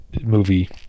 movie